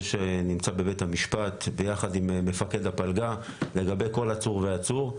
זה שנמצא בבית המשפט יחד עם מפקד הפלגה לגבי כל עצור ועצור.